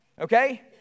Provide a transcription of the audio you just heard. Okay